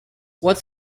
what’s